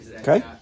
Okay